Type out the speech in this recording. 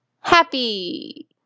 happy